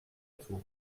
tour